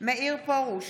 בהצבעה מאיר פרוש,